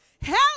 help